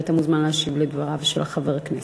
אתה מוזמן להשיב לדבריו של חבר הכנסת.